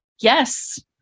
Yes